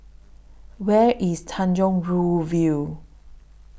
Where IS Tanjong Rhu View